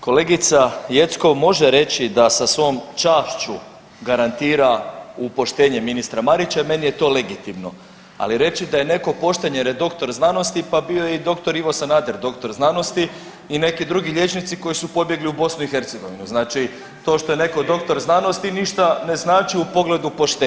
Kolegica Jeckov može reći da sa svojom čašću garantira u poštenje ministra Marića jer meni je to legitimno, ali reći da je neko pošten jer je doktor znanosti, pa bio je i dr. Ivo Sanader doktor znanosti i neki drugi liječnici koji su pobjegli u BiH, znači to što je netko doktor znanosti ništa ne znači u pogledu poštenja.